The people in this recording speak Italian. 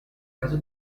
caso